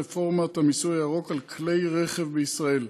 רפורמת המיסוי הירוק על כלי רכב בישראל.